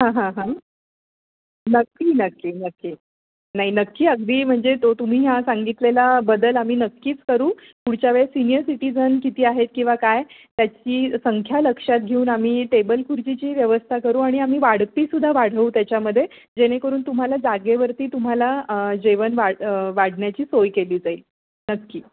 हां हां हां नक्की नक्की नक्की नाही नक्की अगदी म्हणजे तो तुम्ही ह्या सांगितलेला बदल आम्ही नक्कीच करू पुढच्या वेळेस सीनियर सिटिझन किती आहेत किंवा काय त्याची संख्या लक्षात घेऊन आम्ही टेबल खुर्चीचीही व्यवस्था करू आणि आम्ही वाढपीसुद्धा वाढवू त्याच्यामध्ये जेणेकरून तुम्हाला जागेवरती तुम्हाला जेवण वाढ वाढण्याची सोय केली जाईल नक्की